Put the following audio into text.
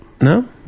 No